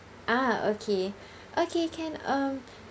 ah okay okay can um